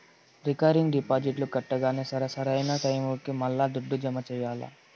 recurring డిపాజిట్లు కట్టంగానే సరా, సరైన టైముకి మల్లా దుడ్డు జమ చెయ్యాల్ల